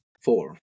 four